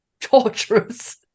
torturous